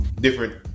different